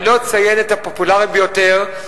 אני לא אציין את הפופולרית ביותר,